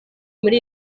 muri